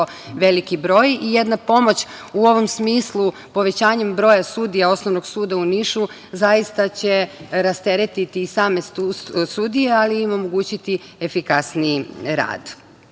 veliki broj i jedna pomoć u ovom smislu povećanjem broja sudija Osnovnog suda u Nišu zaista će rasteretiti i same sudije ali im omogućiti efikasniji